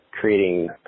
creating